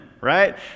right